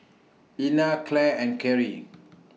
Ina Clare and Carie